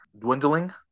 dwindling